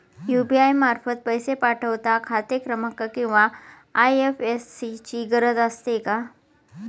UPI मार्फत पैसे पाठवता खाते क्रमांक किंवा आय.एफ.एस.सी ची गरज असते का?